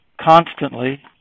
constantly